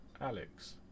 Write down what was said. Alex